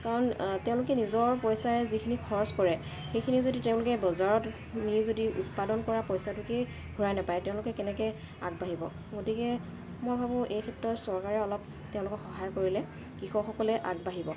কাৰণ তেওঁলোকে নিজৰ পইচাৰে যিখিনি খৰচ কৰে সেইখিনি যদি তেওঁলোকে বজাৰত নি যদি উৎপাদন কৰা পইচাটোকে ঘূৰাই নাপায় তেওঁলোকে কেনেকৈ আগবাঢ়িব গতিকে মই ভাবোঁ এই ক্ষেত্ৰত চৰকাৰে অলপ তেওঁলোকক সহায় কৰিলে কৃষকসকলে আগবাঢ়িব